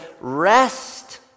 rest